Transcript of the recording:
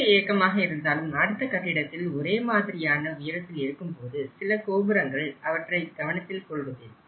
சிறிய இயக்கமாக இருந்தாலும் அடுத்த கட்டிடத்தில் ஒரே மாதிரியான உயரத்தில் இருக்கும்போது சில கோபுரங்கள் அவற்றைக் கவனத்தில் கொள்வதில்லை